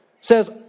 says